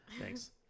Thanks